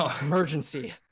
Emergency